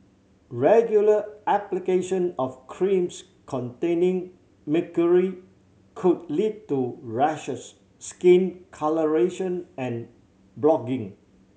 regular application of creams containing mercury could lead to rashes skin colouration and blotching